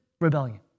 rebellion